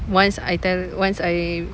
once I tell once I